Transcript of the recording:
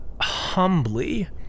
humbly